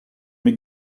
mes